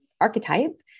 archetype